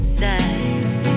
sides